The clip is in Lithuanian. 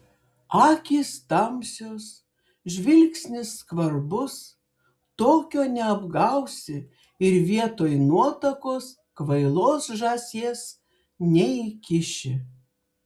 akys tamsios žvilgsnis skvarbus tokio neapgausi ir vietoj nuotakos kvailos žąsies neįkiši